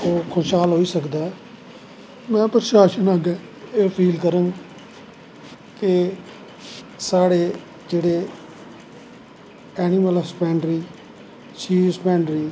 तां गै खुशहाल होई सकदा ऐ में प्रशासन अग्गैं अपील करंग कि साढ़े जेह्ड़े ऐनिमल हस्बैंड्री शीप हस्बैंड्री